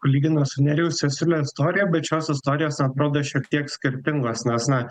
lygina su nerijaus cesiulio istorija bet šios istorijos atrodo šiek tiek skirtingos nes na